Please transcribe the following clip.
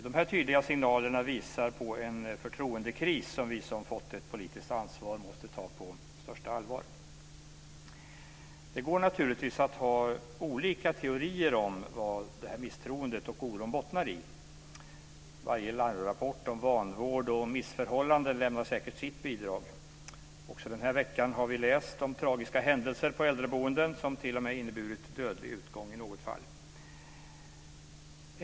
Dessa tydliga signaler visar på en förtroendekris som vi som fått ett politiskt ansvar måste ta på största allvar. Det går naturligtvis att ha olika teorier om vad detta misstroende och oron bottnar i. Varje larmrapport om vanvård och missförhållanden lämnar säkert sitt bidrag. Också denna vecka har vi läst om tragiska händelser på äldreboenden som t.o.m. inneburit dödlig utgång i något fall.